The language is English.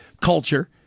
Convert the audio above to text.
culture